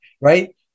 right